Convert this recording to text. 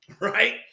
right